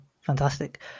Fantastic